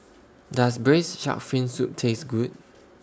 Does Braised Shark Fin Soup Taste Good